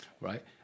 right